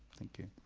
thank you.